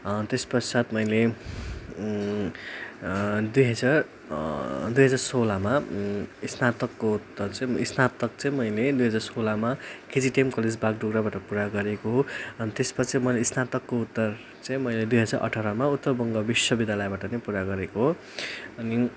त्यस पश्चात मैले दुई हजार दुई हजार सोह्रमा स्नातकोत्तर स्नातक चाहिँ मैले दुई हजार सोह्रमा केजिटिएम कलेज बागडुग्राबाट पुरा गरेको हो अनि त्यसपछि मैले स्नातकोत्तर चाहिँ मैले दुई हजार अठारमा उत्तर बङ्गाल विश्वविद्यालयबाट नै पुरा गरेको हो अनि